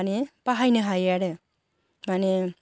मानि बाहायनो हायो आरो मानि